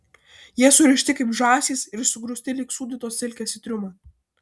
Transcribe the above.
jie surišti kaip žąsys ir sugrūsti lyg sūdytos silkės į triumą